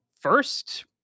first